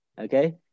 Okay